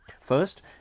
First